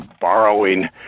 borrowing